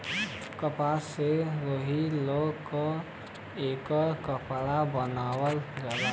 कपास से रुई ले के एकर कपड़ा बनावल जाला